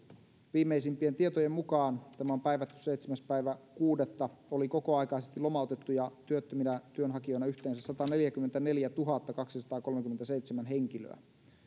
viimeisimpien tietojen mukaan tämä on päivätty seitsemäs kuudetta oli kokoaikaisesti lomautettuja työttöminä työnhakijoina yhteensä sataneljäkymmentäneljätuhattakaksisataakolmekymmentäseitsemän henkilöä